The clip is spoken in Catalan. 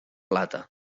plata